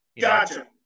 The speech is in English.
Gotcha